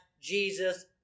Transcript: Jesus